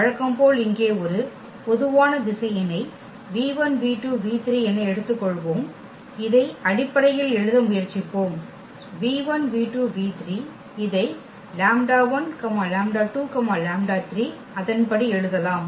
வழக்கம் போல் இங்கே ஒரு பொதுவான திசையனை என எடுத்துக்கொள்வோம் இதை அடிப்படையில் எழுத முயற்சிப்போம் இதை அதன்படி எழுதலாம்